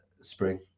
spring